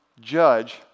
judge